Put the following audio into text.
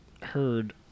heard